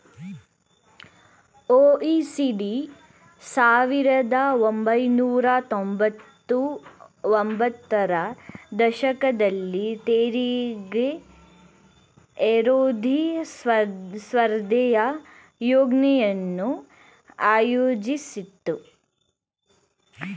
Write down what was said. OECD ಸಾವಿರದ ಒಂಬೈನೂರ ತೊಂಬತ್ತ ಒಂಬತ್ತರ ದಶಕದಲ್ಲಿ ತೆರಿಗೆ ವಿರೋಧಿ ಸ್ಪರ್ಧೆಯ ಯೋಜ್ನೆಯನ್ನು ಆಯೋಜಿಸಿತ್ತು